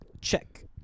Check